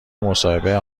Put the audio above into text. مصاحبه